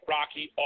Rocky